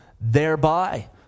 thereby